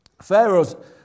Pharaoh's